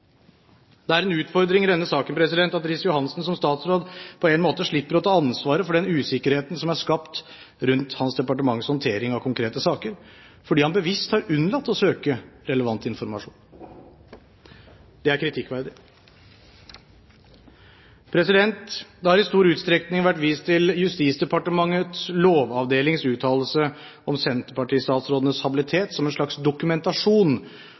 Det er en utfordring i denne saken at Riis-Johansen som statsråd på en måte slipper å ta ansvaret for den usikkerheten som er skapt rundt hans departements håndtering av konkrete saker, fordi han bevisst har unnlatt å søke relevant informasjon. Det er kritikkverdig. Det har i stor utstrekning vært vist til Justisdepartementets lovavdelings uttalelse om senterpartistatsrådenes habilitet som en slags dokumentasjon